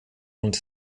und